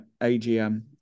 agm